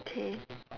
K